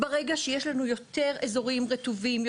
ברגע שיש לנו יותר אזורים רטובים,